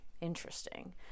interesting